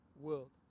world